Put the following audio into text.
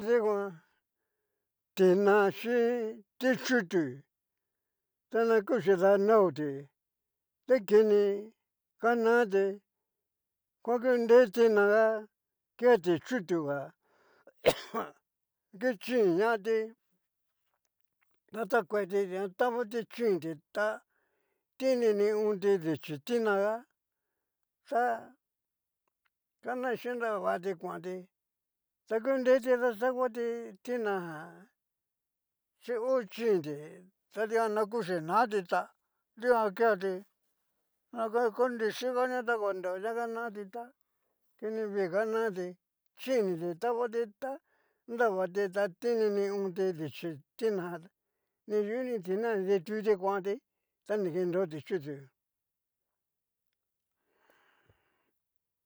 Dikuan tina chin ti'chutu, tana kuchi danaoti ta kini nga nati koa kore tinaga ke ti'chutuga ngichinñati datakueti tavati chinti ta tin ninio dichi tina ga ta kanachin nravati kuanti ta kureti daxakuati tina jan chi o chinti ta dikuan na kuchi nati ta dikan keti na konrui xikanio ta konreo ña ganati tá kini vii nganati chiniti tabati ta nravati ta tin ninionti dichí tina ni yuni tina ni tituti kuanti tani kenro tichutu.